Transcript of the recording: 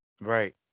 Right